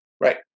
Right